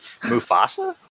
Mufasa